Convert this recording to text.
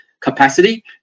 capacity